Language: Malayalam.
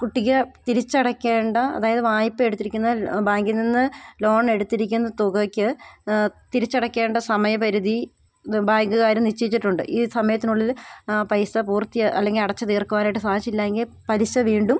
കുട്ടിക്ക് തിരിച്ചടയ്ക്കേണ്ട അതായത് വായ്പ എടുത്തിരിക്കുന്ന ബാങ്കിൽ നിന്ന് ലോണെടുത്തിരിക്കുന്ന തുകയ്ക്ക് തിരിച്ചടയ്ക്കേണ്ട സമയ പരിധി ബാങ്ക്കാർ നിശ്ചയിച്ചിട്ടുണ്ട് ഈ സമയത്തിന് ഉള്ളിൽ ആ പൈസ പൂർത്തിയായി അല്ലെങ്കിൽ അടച്ച് തീർക്കുവാനായിട്ട് സാധിച്ചില്ല എങ്കിൽ പലിശ വീണ്ടും